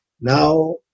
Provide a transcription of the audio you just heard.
Now